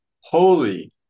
holy